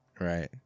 right